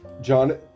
John